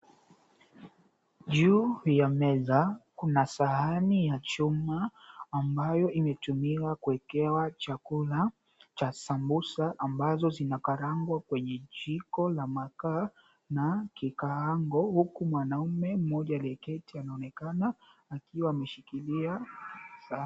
Juu ya meza kuna sahani ya chuma ambayo imetumiwa kuekewa chakula cha sambusa ambazo zinakarangwa kwenye 𝑗𝑖ko la makaa na kikaango huku mwanaume mmoja aliyeketi anaonekana akiwa ameshikilia sahani.